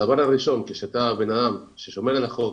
הדבר הראשון כשאתה בן אדם ששומר על החוק